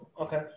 Okay